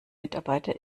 mitarbeiter